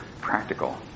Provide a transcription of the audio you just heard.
practical